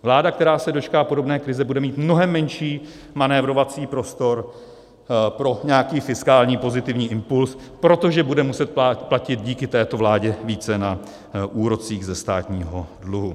Vláda, která se dočká podobné krize, bude mít mnohem menší manévrovací prostor pro nějaký fiskální pozitivní impuls, protože bude muset platit díky této vládě více na úrocích ze státního dluhu.